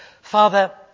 Father